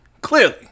Clearly